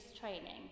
training